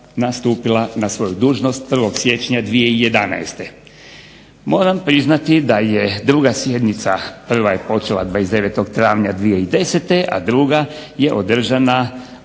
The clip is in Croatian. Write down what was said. nastupila na svoju dužnost 1. siječnja 2011. Moram priznati da je druga sjednica, prva je počela 29. travnja 2010., a druga je održana